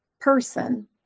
person